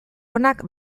onak